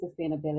sustainability